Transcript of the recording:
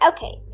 Okay